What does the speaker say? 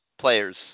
players